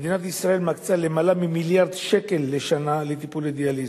מדינת ישראל מקצה למעלה ממיליארד שקל לשנה לטיפול בדיאליזה.